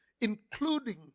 including